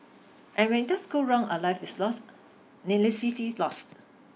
and when it does go wrong a life is lost needlessly lost